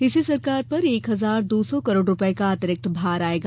इससे सरकार पर एक हजार दो सौ करोड़ रूपये का अतिरिक्त भार आयेगा